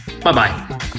Bye-bye